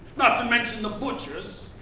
not to mention the butchers,